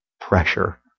pressure